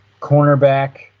cornerback